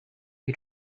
you